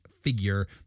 FIGURE